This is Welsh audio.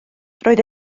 roedd